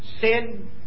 sin